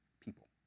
people